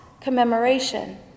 commemoration